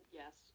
yes